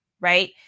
Right